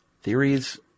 theories